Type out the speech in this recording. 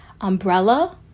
umbrella